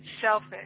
selfish